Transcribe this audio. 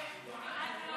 יוראי.